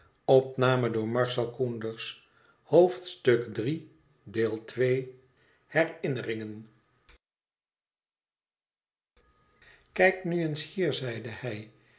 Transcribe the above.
kijk nu eens hier zeide hij